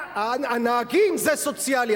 הנהגים זה סוציאלי,